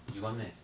you want meh